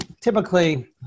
typically